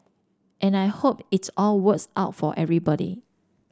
and I hope it's all works out for everybody